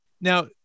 Now